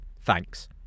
Thanks